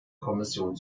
kommission